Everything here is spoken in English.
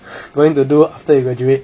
going to do after you graduate